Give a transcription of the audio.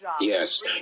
Yes